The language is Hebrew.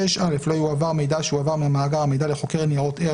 מגבלה על העברת מידע